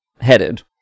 headed